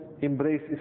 embrace